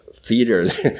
Theaters